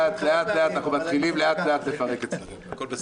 אבל אני צוחק עליו, זה כן.